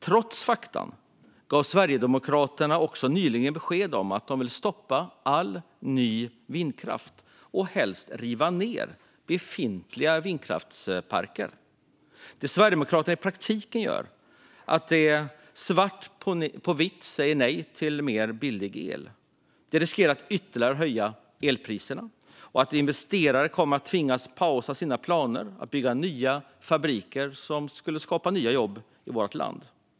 Trots fakta gav Sverigedemokraterna nyligen besked om att de vill stoppa all ny vindkraft och helst riva ned befintliga vindkraftsparker. Det som Sverigedemokraterna i praktiken gör är att svart på vitt säga nej till mer billig el. Detta riskerar att leda till ytterligare höjda elpriser och till att investerare tvingas pausa sina planer på att bygga nya fabriker som skulle skapa nya jobb i vårt land.